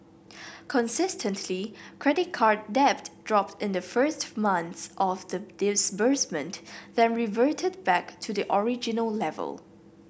consistently credit card debt dropped in the first months after the disbursement then reverted back to the original level